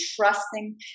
trusting